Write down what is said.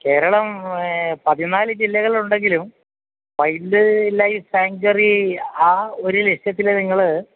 കേരളം പതിനാല് ജില്ലകളുണ്ടെങ്കിലും wildlife sanctuary ആ ഒരു ലക്ഷ്യത്തിൽ നിങ്ങൾ